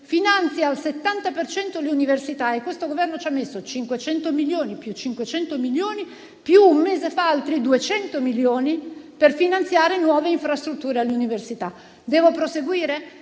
finanzia al 70 per cento le università. Questo Governo ci ha messo 500 milioni, più 500 milioni, più, un mese fa, altri 200 milioni per finanziare nuove infrastrutture alle università. Devo proseguire?